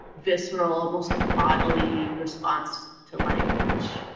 visceral, almost bodily response to language,